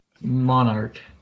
Monarch